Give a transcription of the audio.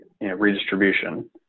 redistribution